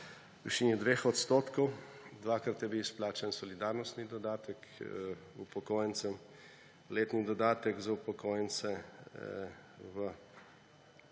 višini 2 %. Dvakrat je bil izplačan solidarnostni dodatek upokojencem, letni dodatek za upokojence v